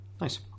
nice